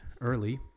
early